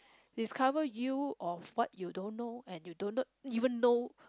discover you of what you don't know and you don't not even know